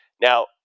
Now